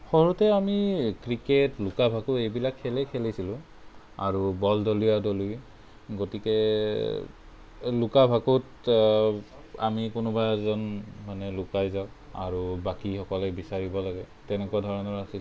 সৰুতে আমি ক্ৰিকেট লুকা ভাকু এইবিলাক খেলেই খেলিছিলোঁ আৰু বল দলিওৱা দলিওই গতিকে লুকা ভাকুত আমি কোনোবা এজন মানে লুকাই যাওঁ আৰু বাকী সকলে বিচাৰিব লাগে তেনেকুৱা ধৰণৰ আছিল